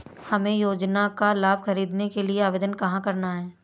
हमें योजना का लाभ ख़रीदने के लिए आवेदन कहाँ करना है?